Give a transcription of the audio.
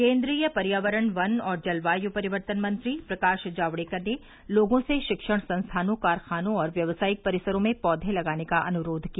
केन्द्रीय पर्यावरण वन और जलवायु परिवर्तन मंत्री प्रकाश जावड़ेकर ने लोगों से शिक्षण संस्थानों कारखानों और व्यवसायिक परिसरों में पौधे लगाने का अनुरोध किया